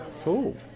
cool